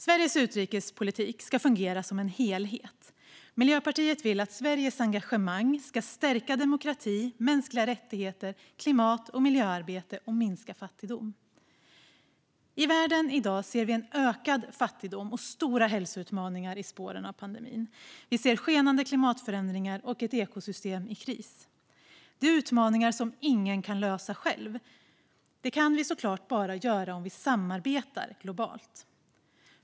Sveriges utrikespolitik ska fungera som en helhet. Miljöpartiet vill att Sveriges engagemang ska stärka demokrati, mänskliga rättigheter och klimat och miljöarbete och minska fattigdom. Vi ser i världen i dag ökad fattigdom och stora hälsoutmaningar i spåren av pandemin. Vi ser skenande klimatförändringar och ett ekosystem i kris. Det är utmaningar som ingen kan lösa själv. Det kan vi såklart bara göra om vi samarbetar globalt.